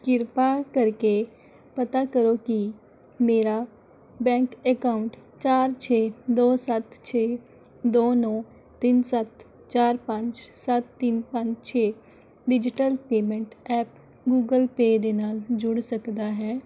ਕਿਰਪਾ ਕਰਕੇ ਪਤਾ ਕਰੋ ਕਿ ਮੇਰਾ ਬੈਂਕ ਅਕਾਊਂਟ ਚਾਰ ਛੇ ਦੋ ਸੱਤ ਛੇ ਦੋ ਨੌ ਤਿੰਨ ਸੱਤ ਚਾਰ ਪੰਜ ਸੱਤ ਤਿੰਨ ਪੰਜ ਛੇ digital payment app Google Pay ਦੇ ਨਾਲ ਜੁੜ ਸਕਦਾ ਹੈ